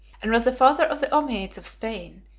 and was the father of the ommiades of spain,